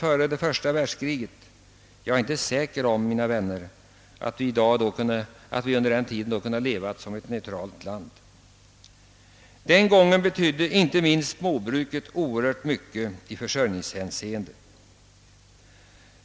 Om vi före världskriget hade raserat vårt jordbruk, är jag inte säker på att vi under kriget hade kunnat stå utanför krigshandlingarna. Den gången betydde inte minst småbruket oerhört mycket för vår livsmedelsförsörjning.